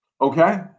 Okay